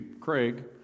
Craig